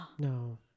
no